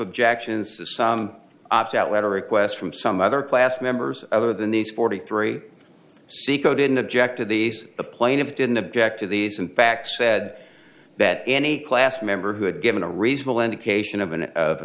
objections to some opt out letter request from some other class members other than these forty three saeco didn't object to these plaintiffs didn't object to these in fact said that any class member who had given a reasonable indication of an